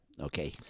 Okay